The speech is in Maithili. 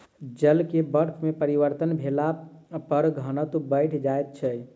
जल के बर्फ में परिवर्तन भेला पर घनत्व बैढ़ जाइत छै